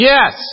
Yes